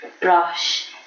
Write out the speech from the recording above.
brush